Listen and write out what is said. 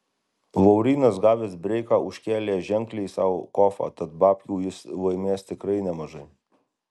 laurynas gavęs breiką užkėlė ženkliai sau kofą tad babkių jis laimės tikrai nemažai